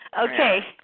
Okay